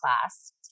class